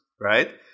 right